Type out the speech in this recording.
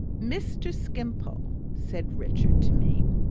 mr. skimpole, said richard to me,